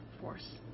force